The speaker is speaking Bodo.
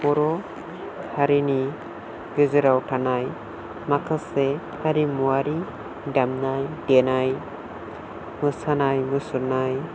बर' हारिनि गेजेराव थानाय माखासे हारिमुवारि दामनाय देनाय मोसानाय मुसुरनाय